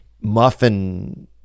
muffin